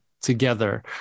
together